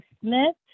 Smith